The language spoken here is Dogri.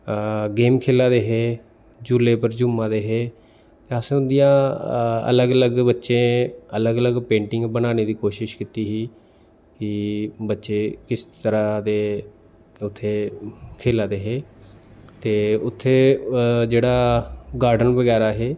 गेम खेल्ला दे हे झूह्ले उप्पर झूमा दे हे ते अस उं'दियां अलग अलग बच्चे अलग अलग पेंटिंग बनाने दी कोशिश कीती ही कि बच्चे किस तरह दे उत्थै खेल्ला दे हे ते उत्थै जेह्ड़ा गार्डन बगैरा हे